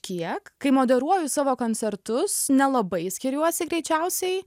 kiek kai moderuoju savo koncertus nelabai skiriuosi greičiausiai